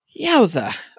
Yowza